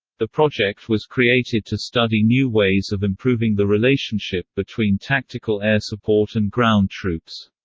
the project was created to study new ways of improving the relationship between tactical air support and ground troops.